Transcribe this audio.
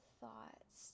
thoughts